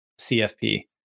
cfp